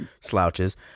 slouches